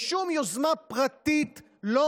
יש לך עשר דקות.